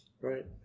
Right